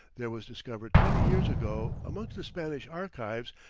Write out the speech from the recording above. there was discovered twenty years ago, amongst the spanish archives,